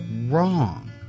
wrong